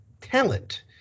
talent